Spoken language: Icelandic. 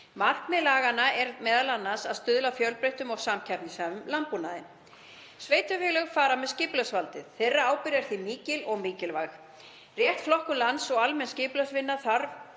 Markmið laganna er m.a. að stuðla að fjölbreyttum og samkeppnishæfum landbúnaði. Sveitarfélög fara með skipulagsvaldið. Þeirra ábyrgð er því mikil og mikilvæg. Rétt flokkun lands og almenn skipulagsvinna þarf